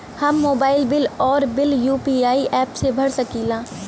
हम mobile bill और bill UPI app से भर सकिला